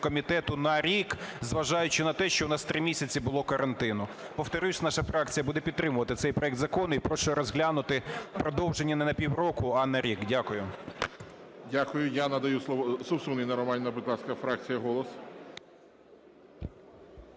комітету - на рік, зважаючи на те, що у нас 3 місяці було карантину. Повторюсь, наша фракція буде підтримувати цей проект закону. І прошу розглянути продовження не на півроку, а на рік. Дякую. ГОЛОВУЮЧИЙ. Дякую. Я надаю слово - Совсун Інна Романівна, будь ласка, фракція "Голос".